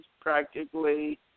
practically